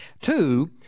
Two